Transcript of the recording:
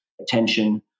attention